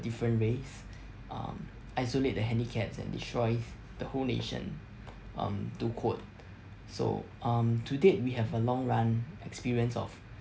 different race um isolate the handicaps and destroys the whole nation um to quote so um to date we have a long run experience of